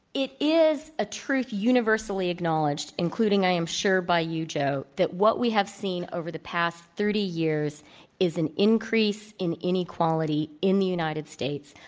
it is a truth universally acknowledged, including i am sure by you, joe. that what we have seen over the past thirty years is an increase in inequality in the united states,